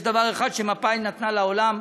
יש דבר אחד שמפא"י נתנה לעולם,